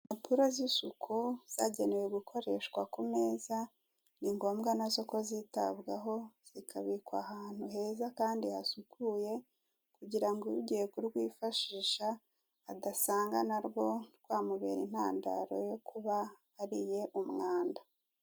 Impapuro z'isuku zagenewe gukoreshwa ku meza, ni ngombwa nazo ko zitabwaho, zikabikwa ahantu heza kandi hasukuye, kugirango ugiye kurwifashisha adasanga narwo rwamubera intandaro yo kuba ariye umwanda.